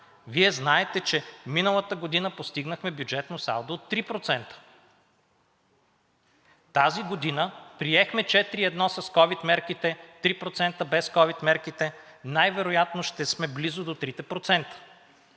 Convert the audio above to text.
Вие знаете, че миналата година постигнахме бюджетно салдо от 3%. Тази година приехме 4,1 с ковид мерките, 3% без ковид мерките, най-вероятно ще сме близо до